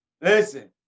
Listen